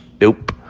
Nope